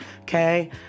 Okay